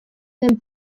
den